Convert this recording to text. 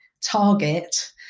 target